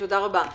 תודה רבה.